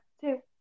two